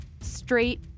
straight